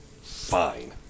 Fine